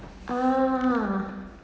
ah